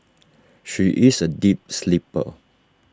she is A deep sleeper